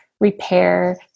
repair